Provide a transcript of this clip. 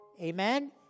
amen